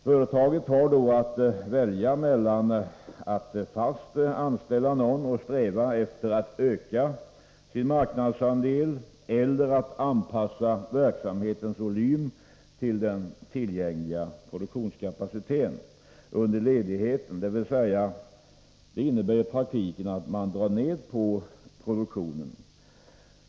Företagen har i sådana lägen att välja mellan att tillsvidareanställa någon och sträva efter att öka sin marknadsandel eller att anpassa verksamhetens volym till den tillgängliga produktionskapaciteten under ledigheten, dvs. i praktiken att dra ned produktionen.